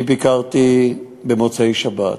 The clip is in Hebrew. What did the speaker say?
אני ביקרתי במוצאי-שבת,